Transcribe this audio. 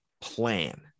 plan